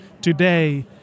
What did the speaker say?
today